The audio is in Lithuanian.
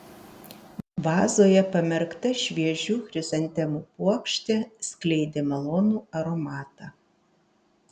vazoje pamerkta šviežių chrizantemų puokštė skleidė malonų aromatą